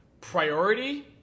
Priority